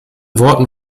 worten